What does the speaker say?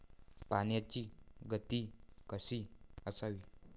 पाण्याची गती कशी असावी?